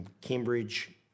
Cambridge